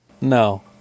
No